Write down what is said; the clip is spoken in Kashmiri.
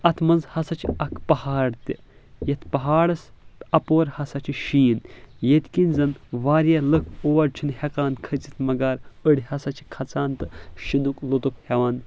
اَتھ منٛز ہسا چھ اَکھ پہاڑ تہِ یتھ پہاڑس اپور ہسا چھ شیٖن ییٚتہِ کِنۍ زن واریاہ لُکھ اور چھنہٕ ہٮ۪کان کٔھسِتھ مگر أڑۍ ہسا چھ کھژان تہٕ شِنُک لُطف ہٮ۪وان